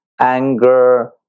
anger